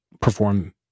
perform